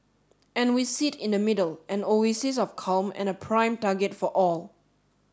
and we sit in the middle an oasis of calm and a prime target for all